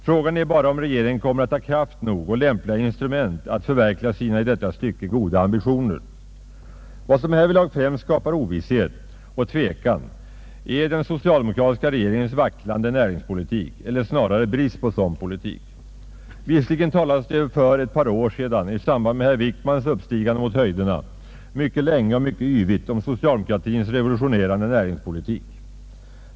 Frågan är bara om regeringen kommer att ha kraft nog och lämpliga instrument att förverkliga sina i detta stycke goda ambitioner. Vad som härvidlag främst skapar ovisshet och tvekan är den socialdemokratiska regeringens vacklande näringspolitik eller snarare brist på sådan politik. Visserligen talades det för ett par år sedan i samband med herr Wickmans uppstigande mot höjderna mycket länge och mycket yvigt om socialdemokratins revolutionerande näringspolitik.